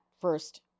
first